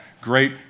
great